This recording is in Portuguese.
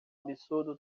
absurdo